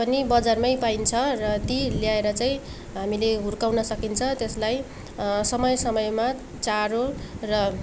पनि बजारमै पाइन्छ र ती ल्याएर चाहिँ हामीले हुर्काउन सकिन्छ त्यसलाई समय समयमा चारो र